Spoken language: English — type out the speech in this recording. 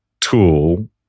tool